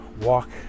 walk